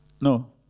No